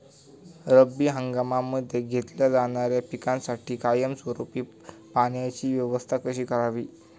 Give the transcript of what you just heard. रब्बी हंगामामध्ये घेतल्या जाणाऱ्या पिकांसाठी कायमस्वरूपी पाण्याची व्यवस्था कशी करावी?